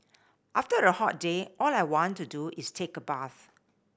after a hot day all I want to do is take a bath